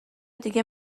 دیگه